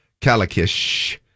Kalakish